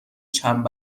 چند